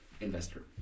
investor